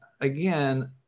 again